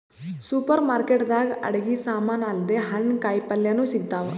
super market ದಾಗ್ ಅಡಗಿ ಸಮಾನ್ ಅಲ್ದೆ ಹಣ್ಣ್ ಕಾಯಿಪಲ್ಯನು ಸಿಗ್ತಾವ್